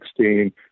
2016